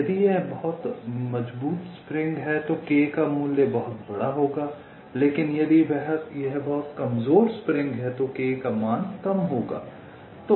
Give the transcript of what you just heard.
यदि यह बहुत मजबूत स्प्रिंग है तो k का मूल्य बहुत बड़ा होगा लेकिन यदि यह बहुत कमजोर स्प्रिंग है तो k का मान कम होगा